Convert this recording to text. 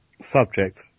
Subject